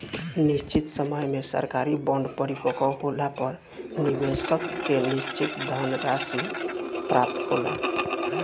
निशचित समय में सरकारी बॉन्ड परिपक्व होला पर निबेसक के निसचित धनराशि प्राप्त होला